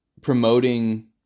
promoting